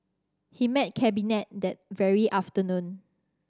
he met Cabinet that very afternoon